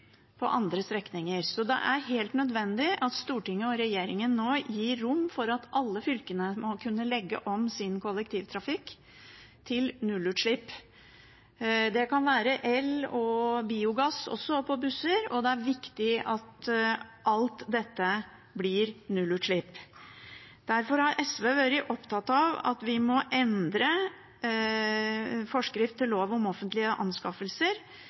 på andre strekninger. Det er helt nødvendig at Stortinget og regjeringen nå gir rom for at alle fylkene må kunne legge om sin kollektivtrafikk til nullutslipp. Det kan være el og biogass også på busser, og det er viktig at alt dette blir nullutslipp. Derfor har SV vært opptatt av at vi må endre forskrift til lov om offentlige anskaffelser,